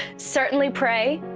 certainly pray.